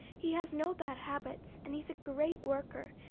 he has no bad habits and he's a great worker,